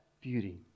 beauty